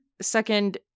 second